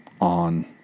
on